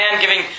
giving